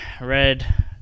Red